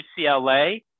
UCLA